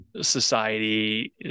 society